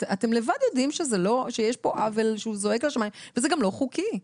אתם לבד יודעים שיש פה עוול שהוא זועק לשמים וזה גם לא חוקי,